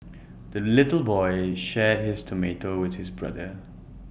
the little boy shared his tomato with his brother